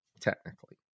Technically